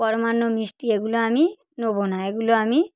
পরমান্ন মিষ্টি এগুলো আমি নোবো না এগুলো আমি